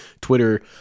Twitter